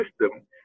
system